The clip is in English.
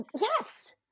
Yes